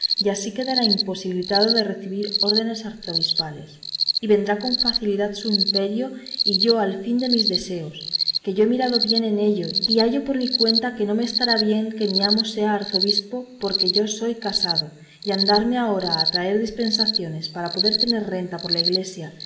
y así quedará imposibilitado de recebir órdenes arzobispales y vendrá con facilidad a su imperio y yo al fin de mis deseos que yo he mirado bien en ello y hallo por mi cuenta que no me está bien que mi amo sea arzobispo porque yo soy inútil para la iglesia pues soy casado y andarme ahora a traer dispensaciones para poder tener renta por la iglesia